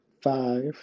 five